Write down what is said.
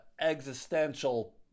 existential